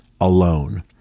alone